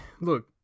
look